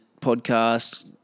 podcast